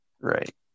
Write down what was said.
right